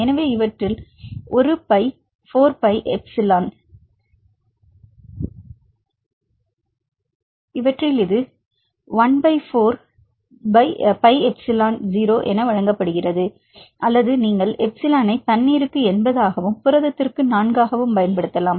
எனவே இவற்றில் இது 1 pi 4 pi epsilon 0 14 pi Epsilon 0 என வழங்கப்படுகிறது அல்லது நீங்கள் எப்சிலனை தண்ணீருக்கு 80 ஆகவும் புரதத்திற்கு 4 ஆகவும் பயன்படுத்தலாம்